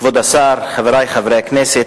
כבוד השר, חברי חברי הכנסת,